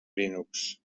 linux